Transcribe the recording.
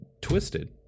twisted